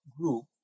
group